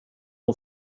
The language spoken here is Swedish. hon